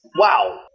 wow